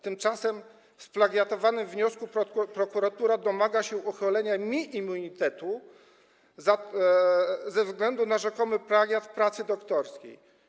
Tymczasem w splagiatowanym wniosku prokuratura domaga się uchylenia mi immunitetu ze względu na rzekomy plagiat pracy doktorskiej.